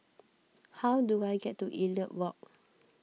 how do I get to Elliot Walk